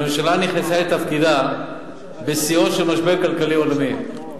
הממשלה נכנסה לתפקידה בשיאו של משבר כלכלי עולמי,